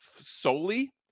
solely